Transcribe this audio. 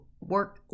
work